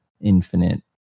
infinite